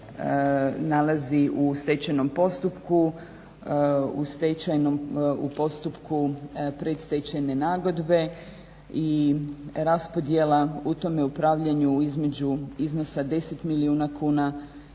nalazi u stečajnom postupku, u postupku predstečajne nagodbe i raspodjela u tome upravljanju između iznosa 10 milijuna kuna